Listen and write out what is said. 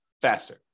faster